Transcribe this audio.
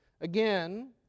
Again